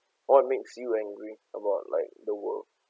what makes you angry about like the world